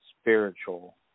spiritual